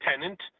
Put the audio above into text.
tenant